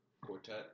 Quartet